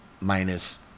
minus